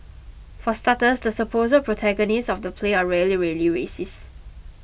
for starters the supposed 'protagonists' of the play are really really racist